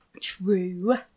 True